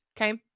Okay